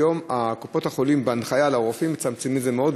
והיום בקופות-החולים בהנחיה לרופאים מצמצמים את זה מאוד,